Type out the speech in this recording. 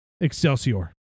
Excelsior